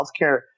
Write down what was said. healthcare